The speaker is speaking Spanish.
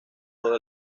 todo